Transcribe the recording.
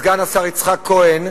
סגן השר יצחק כהן,